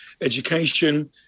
education